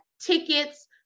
tickets